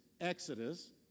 Exodus